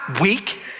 weak